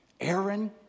Aaron